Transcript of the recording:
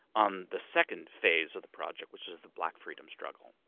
on the second phase of the project, which is the black freedom struggle.